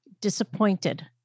disappointed